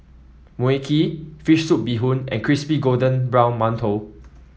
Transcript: Mui Kee fish soup Bee Hoon and Crispy Golden Brown Mantou